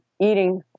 eating